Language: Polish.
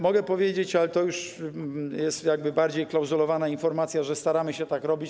Mogę powiedzieć, ale to już jest jakby bardziej klauzulowana informacja, że staramy się tak robić.